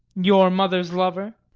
your mother's lover?